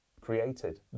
created